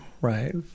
right